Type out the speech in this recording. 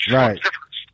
right